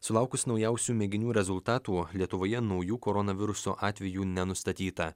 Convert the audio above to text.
sulaukus naujausių mėginių rezultatų lietuvoje naujų koronaviruso atvejų nenustatyta